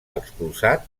expulsat